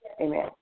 Amen